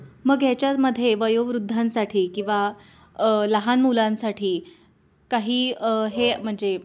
मग याच्यामध्ये वयोवृद्धांसाठी किंवा लहान मुलांसाठी काही हे म्हणजे